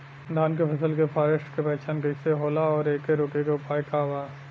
धान के फसल के फारेस्ट के पहचान कइसे होला और एके रोके के उपाय का बा?